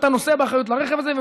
אתה נושא באחריות לרכב הזה.